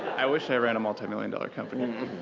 i wish i ran a multimillion dollar company. and